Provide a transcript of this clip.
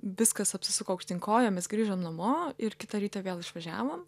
viskas apsisuko aukštyn kojomis grįžom namo ir kitą rytą vėl išvažiavom